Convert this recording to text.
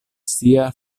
sia